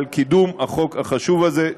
על קידום החוק החשוב הזה,